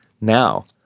now